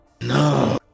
no